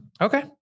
Okay